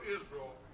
Israel